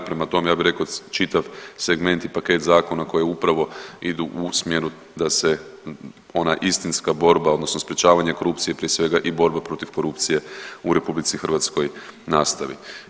Prema tome, ja bi rekao čitav segment i paket zakona koji upravo idu u smjeru da se ona istinska borba odnosno sprječavanje korupcije prije svega i borba protiv korupcije u RH nastavi.